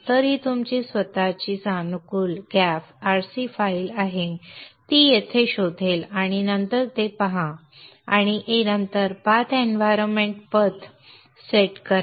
तर ही तुमची स्वतःची सानुकूल gaf rc फाईल आहे ती तेथे शोधेल आणि नंतर हे पहा आणि नंतर पाथ एनवायरमेंट पथ सेट करा